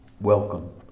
Welcome